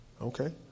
Okay